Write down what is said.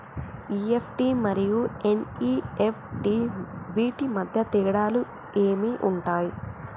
EFT మరియు NEFT వీటి మధ్య తేడాలు ఏమి ఉంటాయి?